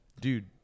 dude